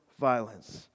violence